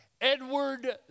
Edward